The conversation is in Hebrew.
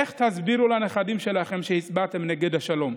איך תסבירו לנכדים שלכם שהצבעתם נגד השלום?